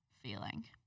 feeling